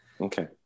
Okay